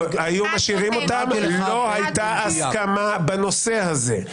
לא הייתה הסכמה בנושא הזה.